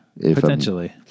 Potentially